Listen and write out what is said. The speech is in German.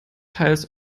teils